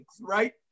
right